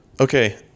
okay